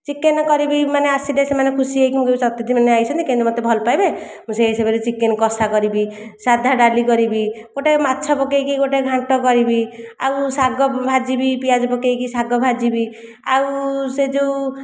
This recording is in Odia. ଚିକେନ୍ କରିବି ସେମାନେ ଆସିବେ ସେମାନେ ଖୁସି ହେବେ ଅତିଥି ମାନେ ଆସିଛନ୍ତି କେମିତି ମୋତେ ଭଲ ପାଇବେ ମୁଁ ସେହି ହିସାବରେ ଚିକେନ୍ କଷା କରିବି ସାଧା ଡାଲି କରିବି ଗୋଟିଏ ମାଛ ପକାଇକି ଗୋଟିଏ ଘାଣ୍ଟ କରିବି ଆଉ ଶାଗ ଭାଜିବି ପିଆଜ ପକାଇକି ଶାଗ ଭାଜିବି ଆଉ ସେ ଯେଉଁ